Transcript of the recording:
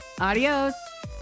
Adios